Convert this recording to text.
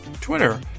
Twitter